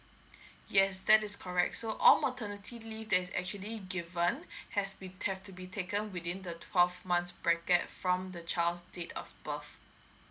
yes that is correct so all maternity leave there's actually given have to be have to be taken within the twelve months bracket from the child's date of birth